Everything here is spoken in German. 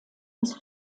des